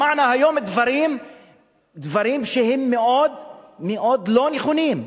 שמענו היום דברים שהם מאוד מאוד לא נכונים,